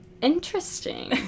interesting